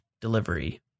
delivery